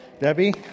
Debbie